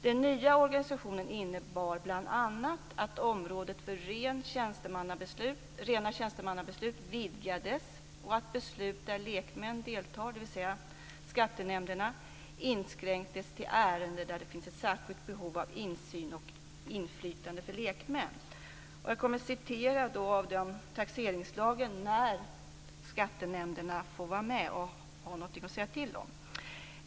Den nya organisationen innebar bl.a. att området för rena tjänstemannabeslut vidgades och att beslut där lekmän deltar, dvs. skattenämnderna, inskränktes till ärenden där det finns ett särskilt behov av insyn och inflytande för lekmän. Jag kommer att citera från taxeringslagen när skattenämnderna får vara med och säga till om någonting.